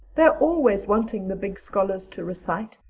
they're always wanting the big scholars to recite.